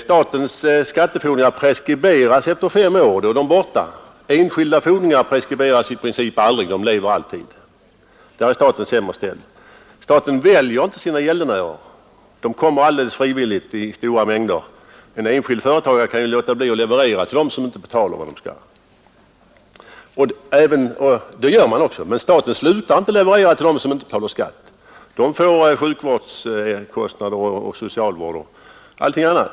Statens skattefordringar preskriberas t.ex. efter fem år. Sedan är fordringarna borta. Enskilda fordringar däremot preskriberas i princip aldrig. Där är sålunda staten sämre ställd. Staten väljer heller inte sina gäldenärer. De kommer frivilligt i stora mängder. En enskild företagare kan låta bli att leverera till dem som inte betalar. Det gör företagarna också. Men staten slutar inte att leverera till dem som inte betalar skatt. De får ändå sjukvård, socialvård och allting annat.